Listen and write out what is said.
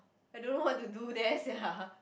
I don't know what to do there sia